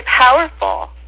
powerful